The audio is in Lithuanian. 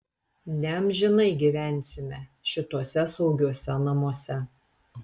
neamžinai gyvensime šituose saugiuose namuose